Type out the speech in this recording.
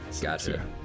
Gotcha